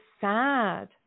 sad